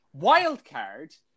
Wildcard